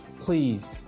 Please